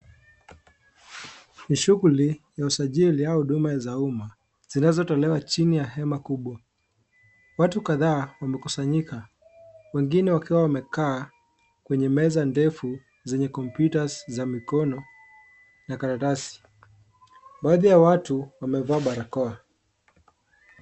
Ni shuguli ya usajiri au huduma ya za umma zinazotolewa chini ya hema kubwa, watu kadhaa wamekusanyika wengine wakiwa wamekaa kwenye meza ndefu zenye kompyuta za mikono na karatasi, baadhi ya watu wamevaa barakoa .